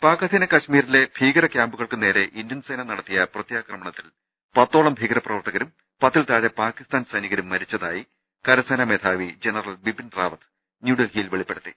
പാക് അധീന കശ്മീരിൽ ഭീകർക്യാമ്പുകൾക്കുനേരെ ഇന്ത്യൻസേന നടത്തിയ പ്രത്യാക്രമുണത്തിൽ പത്തോളം ഭീക രപ്രവർത്ത കരും പത്തിൽതാഴെ പാകിസ്താൻ സൈനികരും മരിച്ചതായി കരസേനമേധാവി ജനറൽ ബിപിൻ റാവത്ത് ന്യൂഡൽഹിയിൽ വെളിപ്പെടുത്തി